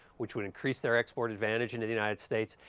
which would increase their export advantage into the united states.